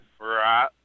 Right